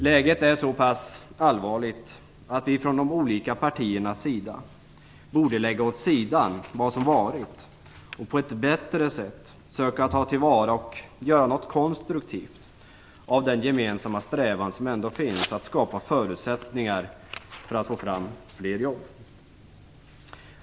Läget är så allvarligt att vi från de olika partiernas sida borde lägga åt sidan vad som varit och på ett bättre sätt söka ta till vara och göra någonting konstruktivt av den gemensamma strävan som ändå finns att skapa förutsättningar för att få fram fler jobb.